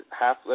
half